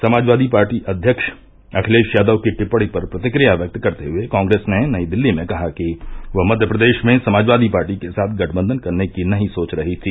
Samajwadi party अध्यक्ष अखिलेश यादव की टिपणी पर प्रतिक्रिया व्यक्त करते हुए कांग्रेस ने नई दिल्ली में कहा कि वह मध्यप्रदेश में समाजवादी पार्टी के साथ गठबंधन करने की नहीं सोच रही थी